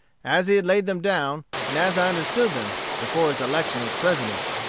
as he had laid them down, and as i understood them, before his election as president.